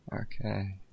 Okay